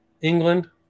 England